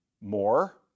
More